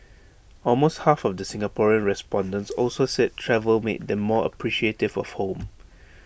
almost half of the Singaporean respondents also said travel made them more appreciative of home